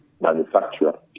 manufacturer